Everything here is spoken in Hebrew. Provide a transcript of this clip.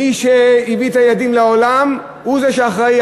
מי שהביא את הילדים לעולם הוא שאחראי.